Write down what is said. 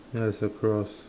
ya it's a cross